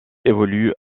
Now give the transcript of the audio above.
évolue